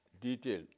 detail